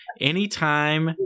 anytime